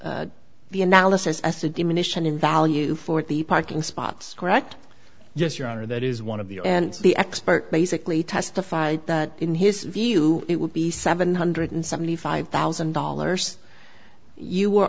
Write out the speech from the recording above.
the analysis as to diminish and in value for the parking spots correct yes your honor that is one of the and the expert basically testified that in his view it would be seven hundred and seventy five thousand dollars you were